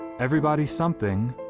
everybody something,